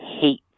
hate